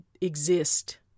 exist